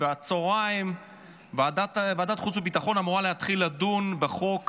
בצוהריים ועדת החוץ והביטחון אמורה להתחיל לדון בחוק